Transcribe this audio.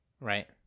Right